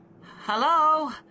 Hello